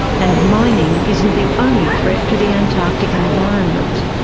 and mining isn't the only threat to the antarctic environment.